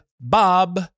Bob